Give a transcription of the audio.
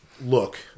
look